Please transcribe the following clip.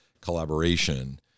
collaboration